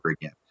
again